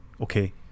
okay